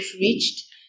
reached